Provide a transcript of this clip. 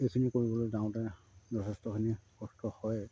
এইখিনি কৰিবলৈ যাওঁতে যথেষ্টখিনি কষ্ট হয়